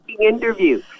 interview